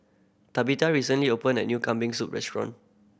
Tabitha recently opened a new Kambing Soup restaurant